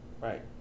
right